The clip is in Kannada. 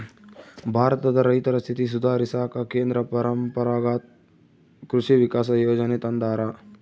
ಭಾರತದ ರೈತರ ಸ್ಥಿತಿ ಸುಧಾರಿಸಾಕ ಕೇಂದ್ರ ಪರಂಪರಾಗತ್ ಕೃಷಿ ವಿಕಾಸ ಯೋಜನೆ ತಂದಾರ